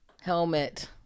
Helmet